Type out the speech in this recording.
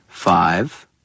Five